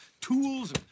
tools